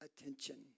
attention